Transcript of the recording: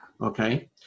okay